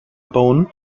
bone